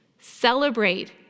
celebrate